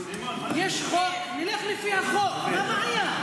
יש חוק, נלך לפי החוק, מה הבעיה?